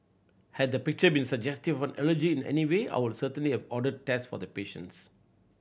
had the picture been suggestive of an allergy in any way I would certainly have ordered test for the patients